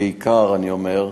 בעיקר אני אומר,